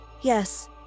Yes